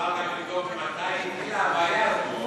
נוכל גם לבדוק מתי התחילה הבעיה הזאת.